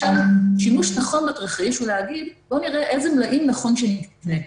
שימוש נכון בתרחיש הוא להגיד: בואו נראה איזה מלאים נכון שנקנה.